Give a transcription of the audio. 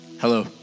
Hello